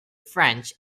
french